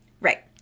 right